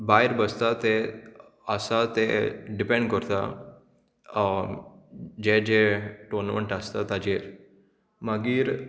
भायर बसता ते आसा ते डिपॅण करता जे जे टोनमंट आसता ताजेर मागीर